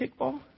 kickball